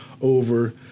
over